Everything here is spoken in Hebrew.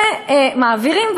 ומעבירים,